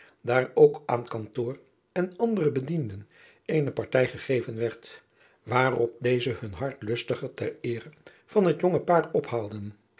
daar ook aan kantoor en andere bedienden eene partij gegeven werd waarop deze hun hart lustig ter eere van het jonge paar ophaalden